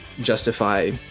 justify